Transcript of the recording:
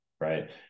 right